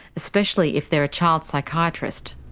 especially if they're a child psychiatrist.